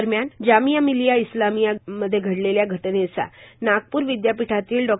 दरम्यान जामिया मिल्लीया इस्लामीया घडलेल्या घटनेचा नागपूर विद्यापीठातील डॉ